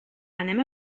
anem